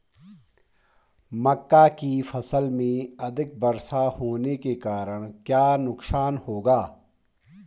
मक्का की फसल में अधिक वर्षा होने के कारण क्या नुकसान होगा?